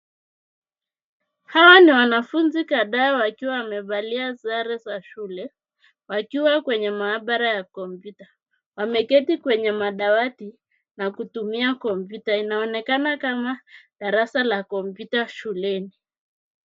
Hawa ni wanafunzi kadhaa wakiwa wamevalia sare za shule, wakiwa kwa maabara ya kompyuta. Wameketi kwenye madawati na kutumia kompyuta, inaonekana kama darasa la kompyuta shuleni.